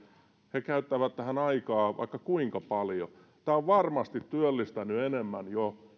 he käyttävät tähän aikaa vaikka kuinka paljon tämä on varmasti työllistänyt jo enemmän